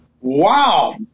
Wow